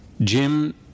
Jim